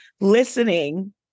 listening